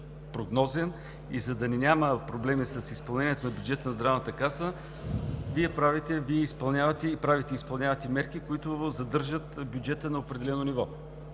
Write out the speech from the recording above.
прогнозен и за да няма проблеми с изпълнението на бюджета на Здравната каса, Вие правите и изпълнявате мерки, които задържат бюджета на определено ниво